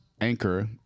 Anchor